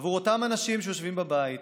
עבור אותם אנשים שיושבים בבית,